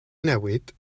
newid